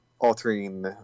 altering